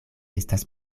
estas